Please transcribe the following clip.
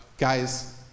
Guys